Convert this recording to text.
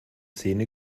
zähne